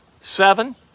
seven